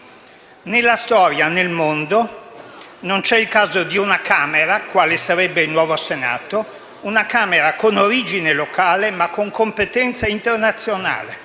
Nella storia, nel mondo, non c'è il caso di una Camera, quale sarebbe il nuovo Senato, con origine locale ma con competenza internazionale